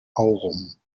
aurum